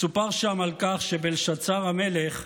מסופר שם על כך שבלשאצר המלך,